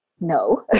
no